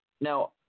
now